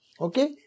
Okay